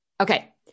Okay